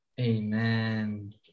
Amen